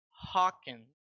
Hawkins